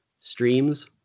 streams